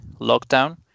lockdown